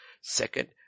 Second